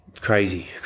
crazy